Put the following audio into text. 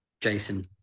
Jason